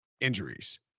injuries